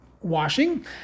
washing